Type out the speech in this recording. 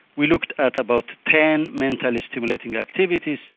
we looked at about ten mentally stimulating activities.